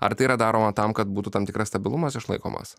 ar tai yra daroma tam kad būtų tam tikras stabilumas išlaikomas